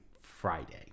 Friday